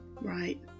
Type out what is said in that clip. right